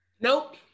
Nope